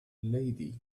lady